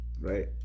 right